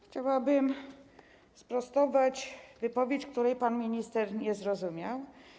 Chciałabym sprostować wypowiedź, której pan minister nie zrozumiał.